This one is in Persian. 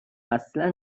اصلا